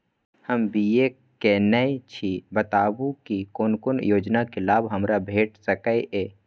हम बी.ए केनै छी बताबु की कोन कोन योजना के लाभ हमरा भेट सकै ये?